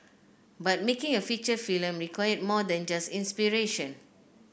but making a feature film required more than just inspiration